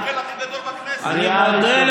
אל תבלבל לנו את המוח, יא קנגורו.